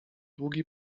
długi